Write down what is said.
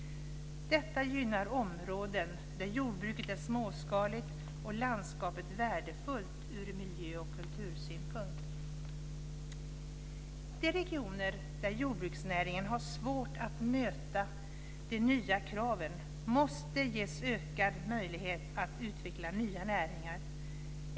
Detta gynnar områden där jordbruket är småskaligt och landskapet värdefullt ur miljö och kultursynpunkt. De regioner där jordbruksnäringen har svårt att möta de nya kraven måste ges ökad möjlighet att utveckla nya näringar.